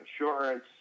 insurance